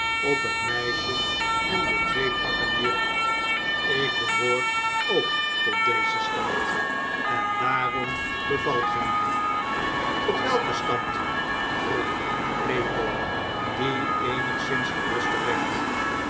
op het meisje en de twee pakken wierp ik behoor ook tot dezen stand en daarom bevalt gij mij tot welken stand vroeg claypole die eenigszins geruster werd